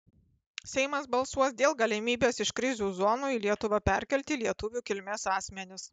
seimas balsuos dėl galimybės iš krizių zonų į lietuvą perkelti lietuvių kilmės asmenis